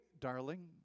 darling